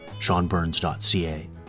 seanburns.ca